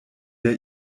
der